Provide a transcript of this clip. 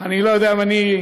אני לא יודע אם אני,